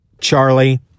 Charlie